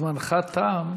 זמנך תם.